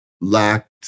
lacked